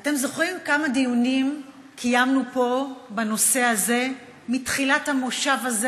אתם זוכרים כמה דיונים קיימנו פה בנושא הזה מתחילת המושב הזה,